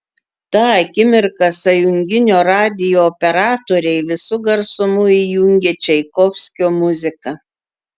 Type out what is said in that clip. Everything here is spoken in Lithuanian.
tą akimirką sąjunginio radijo operatoriai visu garsumu įjungė čaikovskio muziką